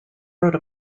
wrote